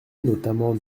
notamment